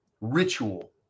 ritual